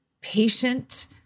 patient